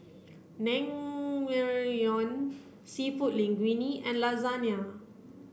Seafood Linguine and Lasagna